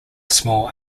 small